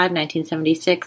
1976